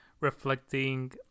reflecting